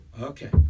Okay